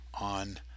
on